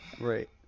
right